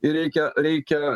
ir reikia reikia